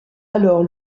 alors